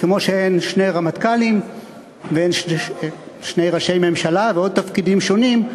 כמו שאין שני רמטכ"לים ואין שני ראשי ממשלה ועוד תפקידים שונים,